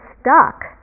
stuck